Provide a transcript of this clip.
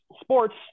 sports